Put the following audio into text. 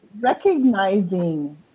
recognizing